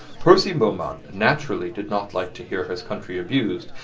percy beaumont naturally did not like to hear his country abused,